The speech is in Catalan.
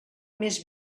més